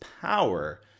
power